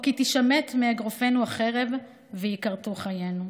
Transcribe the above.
או כי תישמט מאגרופנו החרב, וייכרתו חיינו".